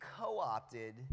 co-opted